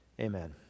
Amen